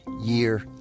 year